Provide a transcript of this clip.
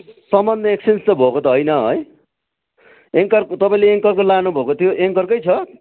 सामान एक्सेन्ज त भएको त होइन है एङ्करको तपाईँले एङ्करको लानु भएको थियो एङ्करकै छ